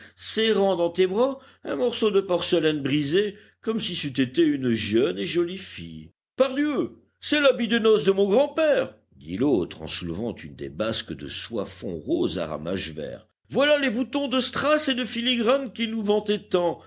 serrant dans tes bras un morceau de porcelaine brisée comme si c'eût été une jeune et jolie fille pardieu c'est l'habit de noce de mon grand-père dit l'autre en soulevant une des basques de soie fond rose à ramages verts voilà les boutons de strass et de filigrane qu'il nous